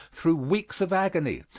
through weeks of agony,